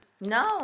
No